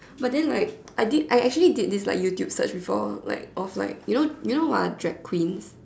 but then like I did I actually did this like youtube search before like of like you know you know what are drag Queens